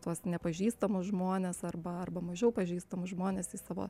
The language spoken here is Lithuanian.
tuos nepažįstamus žmones arba arba mažiau pažįstamus žmones į savo